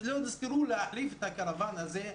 לא נזכרו להחליף את הקרוואן הזה.